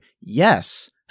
Yes